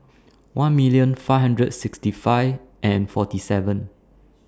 one million five hundred sixty five and forty seven